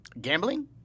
Gambling